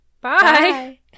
Bye